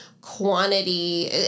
quantity